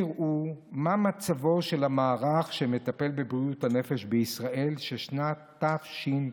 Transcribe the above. תראו מה מצבו של המערך שמטפל בבריאות הנפש בישראל של שנת תשפ"ב.